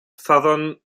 southern